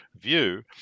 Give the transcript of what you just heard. view